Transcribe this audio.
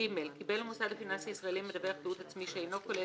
קיבל המוסד הפיננסי הישראלי המדווח תיעוד עצמי שאינו כולל